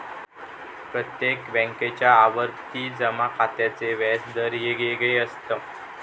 प्रत्येक बॅन्केच्या आवर्ती जमा खात्याचे व्याज दर येगयेगळे असत